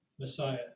Messiah